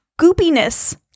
goopiness